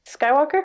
Skywalker